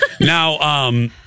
Now